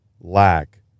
lack